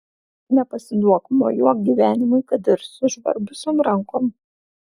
nepasiduok mojuok gyvenimui kad ir sužvarbusiom rankom